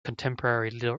contemporary